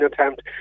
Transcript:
attempt